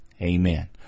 amen